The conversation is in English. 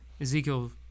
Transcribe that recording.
Ezekiel